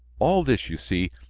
all this, you see,